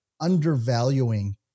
undervaluing